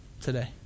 today